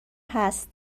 هست